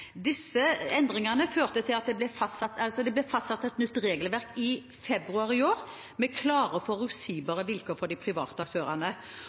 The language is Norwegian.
Disse endringene førte til at det ble fastsatt et nytt regelverk i februar i år, med klare og forutsigbare vilkår for de private aktørene.